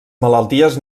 malalties